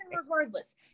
Regardless